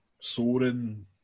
soaring